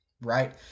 right